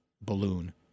balloon